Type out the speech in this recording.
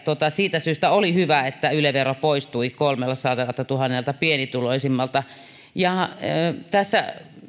siitä syystä oli hyvä että yle vero poistui kolmeltasadaltatuhannelta pienituloisimmalta tässä